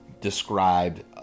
described